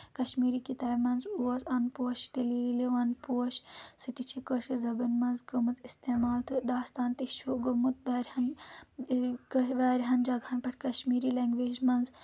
کشمیٖری کِتابہِ منٛز اوس اَن پوش تیٖلہِ وَن پوش سُہ تہِ چھِ کٲشِر زَبٲنۍ منٛز گوٚمُت اِستعمال تہٕ داستان تہِ چھُ گوٚمُت واریاہَن واریاہَن جگہن پؠٹھ کَشمیٖری لینٛگویج منٛز